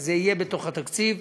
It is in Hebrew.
שזה יהיה בתוך התקציב.